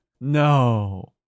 No